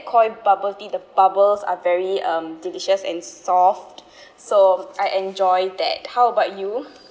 Koi bubble tea the bubbles are very um delicious and soft so I enjoy that how about you